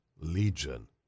Legion